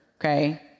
okay